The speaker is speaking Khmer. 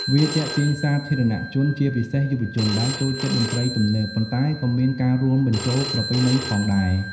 វាទាក់ទាញសាធារណជនជា ពិសេសយុវជន ដែលចូលចិត្តតន្ត្រីទំនើប ប៉ុន្តែក៏មានការរួមបញ្ជូលប្រពៃណីផងដែរ។